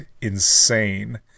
insane